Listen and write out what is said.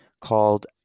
called